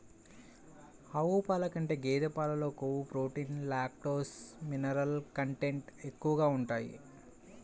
ఆవు పాల కంటే గేదె పాలలో కొవ్వు, ప్రోటీన్, లాక్టోస్, మినరల్ కంటెంట్ ఎక్కువగా ఉంటాయి